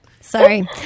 Sorry